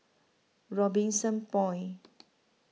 Robinson Point